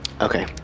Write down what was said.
Okay